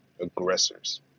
aggressors